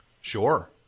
Sure